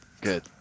Good